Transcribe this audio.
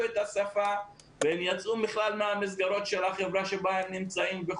את השפה ויצאו בכלל מהמסגרות של החברה בה הם נמצאים.